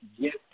get